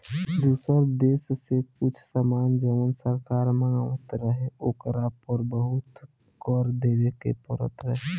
दुसर देश से कुछ सामान जवन सरकार मँगवात रहे ओकरा पर बहुते कर देबे के परत रहे